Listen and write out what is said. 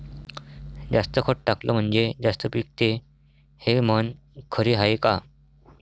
जास्त खत टाकलं म्हनजे जास्त पिकते हे म्हन खरी हाये का?